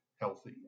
healthy